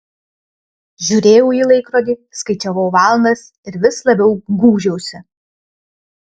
žiūrėjau į laikrodį skaičiavau valandas ir vis labiau gūžiausi